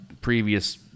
Previous